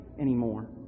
anymore